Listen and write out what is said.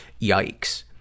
Yikes